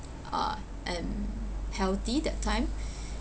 uh and healthy that time